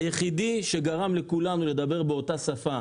היחיד שגרם לכולנו לדבר באותה שפה